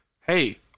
hey